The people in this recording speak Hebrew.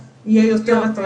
בהחלט.